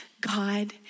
God